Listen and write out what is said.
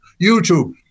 YouTube